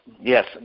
yes